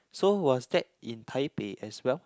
so was that in Taipei as well